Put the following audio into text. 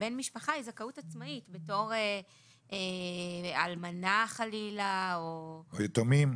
בן המשפחה היא זכאות עצמאית בתור אלמנה חלילה או --- או יתומים.